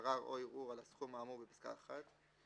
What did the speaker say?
ערר או ערעור על הסכום האמור בפיסקה (1),